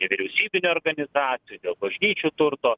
nevyriausybinių organizacijų dėl bažnyčių turto